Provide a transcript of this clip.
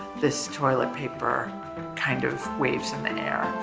this toilet paper kind of waves in the and air.